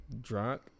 drunk